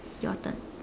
your turn